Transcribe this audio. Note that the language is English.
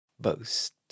Boast